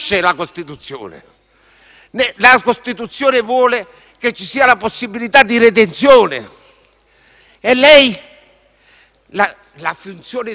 La Costituzione vuole che ci sia la possibilità di redenzione. La funzione educativa della pena